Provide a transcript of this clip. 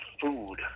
food